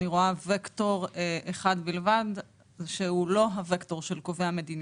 אני רואה וקטור אחד בלבד והוא לא הווקטור של קובעי המדיניות.